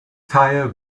tire